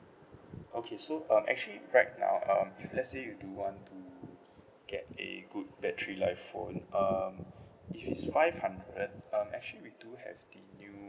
okay so um actually right now um let's say you do want to get a good battery life phone um if is five hundred um actually we do have the new